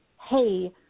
hey